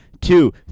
two